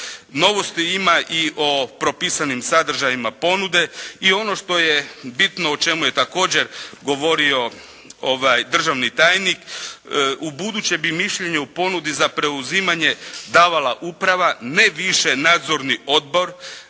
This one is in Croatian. Novosti ima i o propisanim sadržajima ponude. I ono što je bitno o čemu je također govorio državni tajnik. U buduće bi mišljenje o ponudi za preuzimanje davala uprava, ne više nadzorni odbor